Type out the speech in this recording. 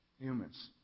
humans